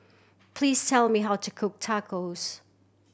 please tell me how to cook Tacos